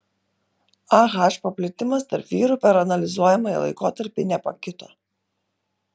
ah paplitimas tarp vyrų per analizuojamąjį laikotarpį nepakito